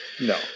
no